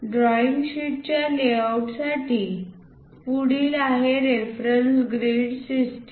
drawing शीटच्या लेआउटसाठी पुढील आहे रेफरन्स ग्रीड सिस्टम